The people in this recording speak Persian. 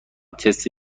تست